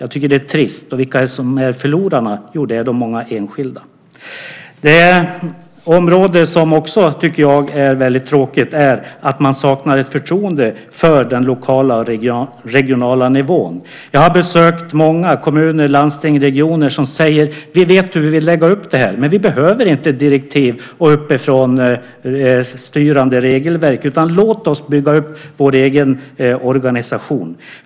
Jag tycker att det är trist. Och vilka är det som är förlorarna? Jo, det är de många enskilda. Något som jag också tycker är väldigt tråkigt är att man saknar förtroende för den lokala och den regionala nivån. Jag har besökt många kommuner, landsting och regioner där man säger: Vi vet hur vi vill lägga upp det här, men vi behöver inte direktiv och uppifrånstyrande regelverk, utan låt oss bygga upp vår egen organisation.